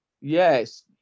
Yes